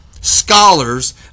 scholars